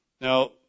Now